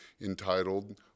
entitled